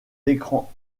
écrans